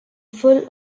full